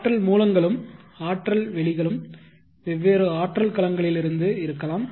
ஆற்றல் மூலங்களும் ஆற்றல் வெளிகளும் வெவ்வேறு ஆற்றல் களங்களிலிருந்து இருக்கலாம்